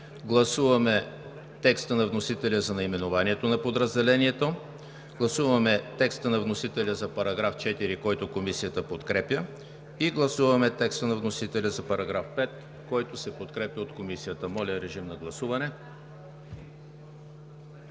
Гласуваме текста на вносителя за наименованието на подразделението. Гласуваме текста на вносителя за § 4, който Комисията подкрепя. Гласуваме текста на вносителя за § 5, който се подкрепя от Комисията. Гласували